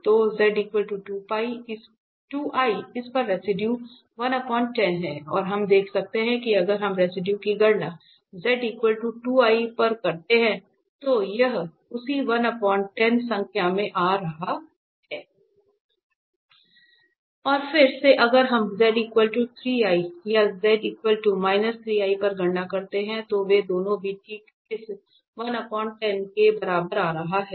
तो z 2 i इस पर रेसिडुए है और हम देख सकते हैं कि अगर हम रेसिडुए की गणना z 2 i पर करते हैं और यह उसी संख्या में आ रहा है और फिर से अगर हम z 3 i या z 3 i पर गणना करते हैं तो वे दोनों भी ठीक इस के बराबर आ रहे हैं